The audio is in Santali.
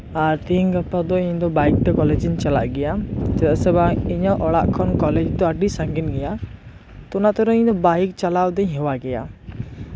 ᱟᱨ ᱛᱤᱦᱤᱧ ᱜᱟᱯᱟ ᱫᱚ ᱤᱧ ᱫᱚ ᱵᱟᱭᱤᱠᱛᱮ ᱠᱚᱞᱮᱡ ᱤᱧ ᱪᱟᱞᱟᱜ ᱜᱮᱭᱟ ᱪᱮᱫᱟᱜ ᱥᱮ ᱵᱟᱝ ᱤᱧᱟᱹᱜ ᱚᱲᱟᱜ ᱠᱷᱚᱱ ᱠᱚᱞᱮᱡ ᱫᱚ ᱟᱹᱰᱤ ᱥᱟᱹᱜᱤᱧ ᱜᱮᱭᱟ ᱚᱱᱟ ᱛᱮᱨᱚᱝ ᱤᱧ ᱫᱚ ᱵᱟᱭᱤᱠ ᱪᱟᱞᱟᱣ ᱫᱚᱧ ᱦᱮᱣᱟ ᱜᱮᱭᱟ